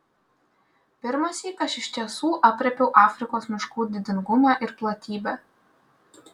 pirmąsyk aš iš tiesų aprėpiau afrikos miškų didingumą ir platybę